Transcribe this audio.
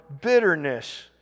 bitterness